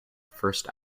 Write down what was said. first